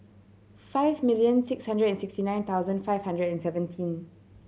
five million six hundred and sixty nine thousand five hundred and seventeen